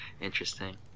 Interesting